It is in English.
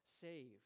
saved